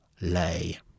lay